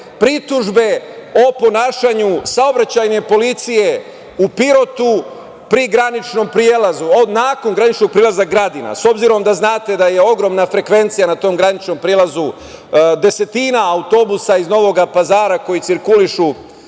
pritužbe o ponašanju saobraćajne policije u Pirotu pri graničnom prelazu, nakon graničnog prelaza Gradina, s obzirom da znate da je ogromna frekvencija na tom graničnom prelazu, desetine autobusa iz Novog Pazara koji cirkulišu